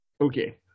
Okay